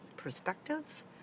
perspectives